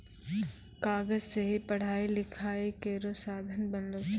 कागज सें ही पढ़ाई लिखाई केरो साधन बनलो छै